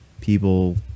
people